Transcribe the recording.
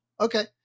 Okay